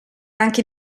anche